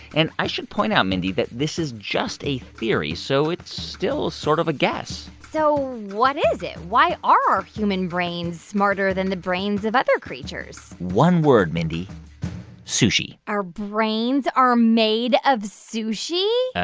and i should point out, mindy, that this is just a theory. so it's still sort of a guess so what is it? why are our human brains smarter than the brains of other creatures? one word, mindy sushi our brains are made of sushi?